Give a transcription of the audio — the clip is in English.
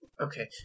Okay